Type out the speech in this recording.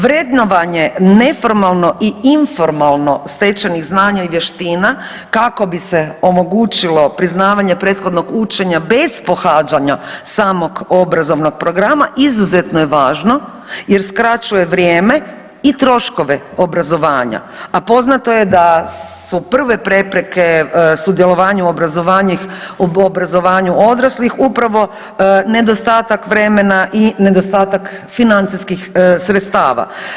Vrednovanje neformalno i informalno stečenih znanja i vještina kako bi se omogućilo priznavanje prethodnog učenja bez pohađanja samog obrazovnog programa izuzetno je važno jer skraćuje vrijeme i troškove obrazovanja, a poznato je da su prve prepreke sudjelovanju u obrazovanju odraslih upravo nedostatak vremena i nedostatak financijskih sredstava.